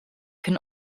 can